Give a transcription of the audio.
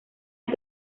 las